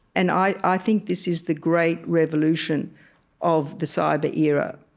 and i i think this is the great revolution of the cyber era.